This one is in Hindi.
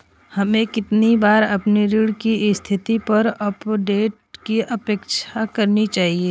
हमें कितनी बार अपने ऋण की स्थिति पर अपडेट की अपेक्षा करनी चाहिए?